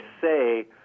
say